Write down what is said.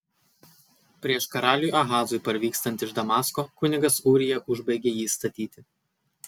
prieš karaliui ahazui parvykstant iš damasko kunigas ūrija užbaigė jį statyti